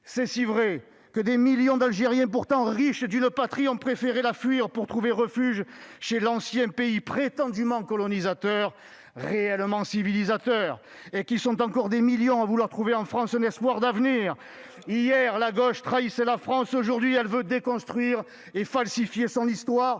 C'est si vrai que des millions d'Algériens, pourtant riches d'une patrie, ont préféré la fuir pour trouver refuge dans l'ancien pays prétendument colonisateur, réellement civilisateur, ... Voilà l'extrême droite !... et qu'ils sont encore des millions à vouloir trouver en France un espoir d'avenir. Hier, la gauche trahissait la France ; aujourd'hui elle veut déconstruire et falsifier son histoire.